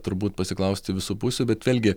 turbūt pasiklausti visų pusių bet vėlgi